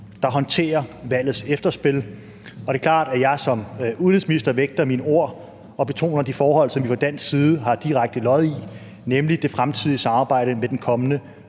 der håndterer valgets efterspil. Det er klart, at jeg som udenrigsminister vægter mine ord og betoner de forhold, som vi fra dansk side har direkte lod i, nemlig i det fremtidige samarbejde med den kommende